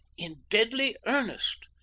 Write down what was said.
in deadly earnest.